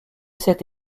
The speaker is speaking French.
cette